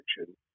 action